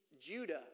Judah